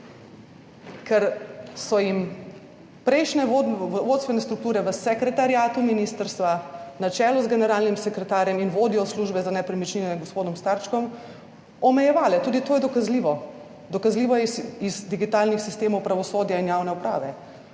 ker so jim prejšnje vodstvene strukture v sekretariatu ministrstva, na čelu z generalnim sekretarjem in vodjo Službe za nepremičnine gospodom Starčkom omejevale, tudi to je dokazljivo, dokazljivo iz digitalnih sistemov pravosodja in javne uprave,